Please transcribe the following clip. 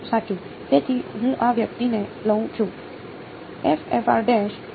સાચું તેથી હું આ વ્યક્તિને લઉં છું વિદ્યાર્થી